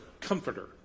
comforter